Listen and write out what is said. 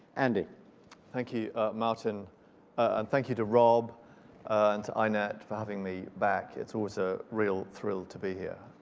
andy. thank you martin and thank you to rob and to inet for having me back. it's always a real thrill to be here.